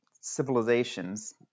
civilizations